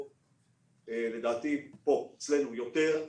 לדעתי היית אצלנו יותר,